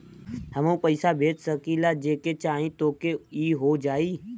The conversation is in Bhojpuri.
हमहू पैसा भेज सकीला जेके चाही तोके ई हो जाई?